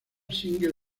single